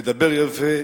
מדבר יפה,